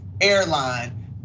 airline